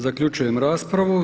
Zaključujem raspravu.